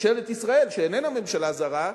ממשלת ישראל, שאיננה ממשלה זרה,